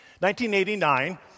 1989